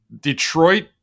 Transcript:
Detroit